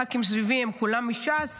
הח"כים סביבי הם כולם מש"ס,